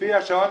בשעה